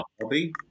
hobby